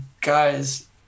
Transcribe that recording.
guys